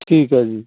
ਠੀਕ ਹੈ ਜੀ